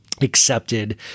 accepted